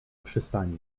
przystani